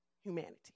humanity